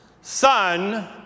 son